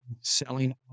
selling